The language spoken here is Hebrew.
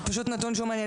זה נתון מעניין.